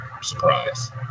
surprise